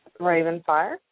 Ravenfire